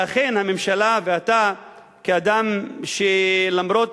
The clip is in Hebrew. שאכן הממשלה ואתה, כאדם שלמרות